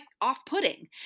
off-putting